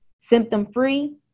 symptom-free